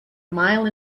mile